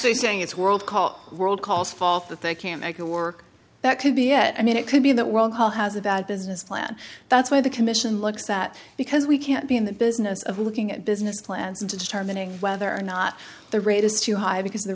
saying it's world call world calls fault that they can't make a work that could be yet i mean it could be that world hall has a bad business plan that's why the commission looks at because we can't be in the business of looking at business plans and determining whether or not the rate is too high because